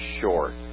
short